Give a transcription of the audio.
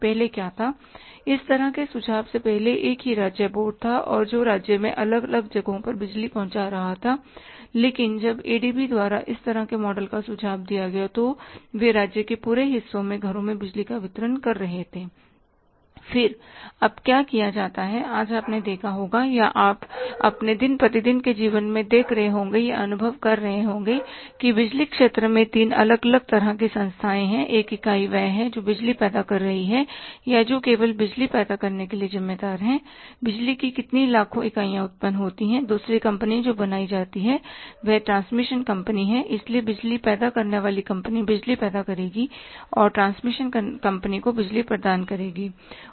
पहले क्या था इस तरह के सुझाव से पहले एक ही राज्य बोर्ड था जो राज्य में अलग अलग जगहों पर बिजली पहुंचा रहा था और लेकिन जब एडीबी द्वारा इस तरह के मॉडल का सुझाव दिया गया तो वे राज्य के पूरे हिस्से में घरों में बिजली का वितरण कर रहे थे फिर अब क्या किया जाता है आज आपने देखा होगा या आप अपने दिन प्रतिदिन के जीवन में देख रहे होंगे या अनुभव कर रहे होंगे कि बिजली क्षेत्र में तीन अलग अलग तरह की संस्थाएं हैं एक इकाई वह है जो बिजली पैदा कर रही है या जो केवल बिजली पैदा करने के लिए ज़िम्मेदार है बिजली की कितनी लाखों इकाइयाँ उत्पन्न होती हैं दूसरी कंपनी जो बनाई जाती है वह ट्रांसमिशन कंपनी है इसलिए बिजली पैदा करने वाली कंपनी बिजली पैदा करेगी और वे ट्रांसमिशन कंपनी को बिजली प्रदान करेंगे